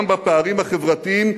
גם בפערים החברתיים,